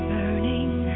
Burning